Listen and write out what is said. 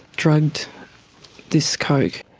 drugged this coke.